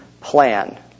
plan